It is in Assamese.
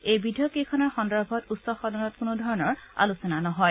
এই বিধেয়ক কেইখনৰ সন্দৰ্ভত উচ্চ সদনত কোনো ধৰণৰ আলোচনা নহয়